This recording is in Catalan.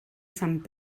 sant